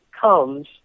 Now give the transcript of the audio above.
comes